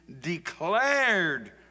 declared